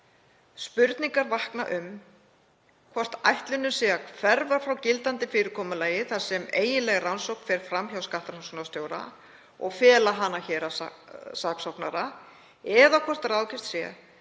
Spurningar vakna um hvort ætlunin sé að hverfa frá gildandi fyrirkomulagi þar sem eiginleg rannsókn fer fram hjá skattrannsóknarstjóra og fela hana héraðssaksóknara eða hvort ráðgert sé að